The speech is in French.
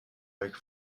avec